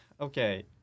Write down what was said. Okay